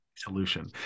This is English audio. solution